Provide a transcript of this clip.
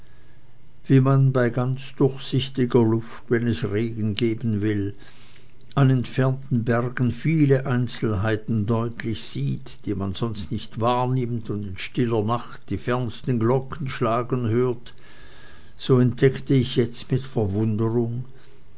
wie man bei ganz durchsichtiger luft wenn es regen geben will an entfernten bergen viele einzelnheiten deutlich sieht die man sonst nicht wahrnimmt und in stiller nacht die fernsten glocken schlagen hört so entdeckte ich jetzt mit verwunderung